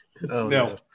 No